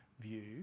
view